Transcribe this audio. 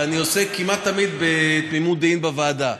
ואני עושה כמעט תמיד בתמימות דעים בוועדה.